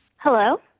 Hello